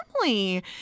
family